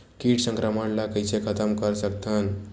कीट संक्रमण ला कइसे खतम कर सकथन?